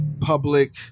public